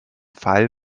fall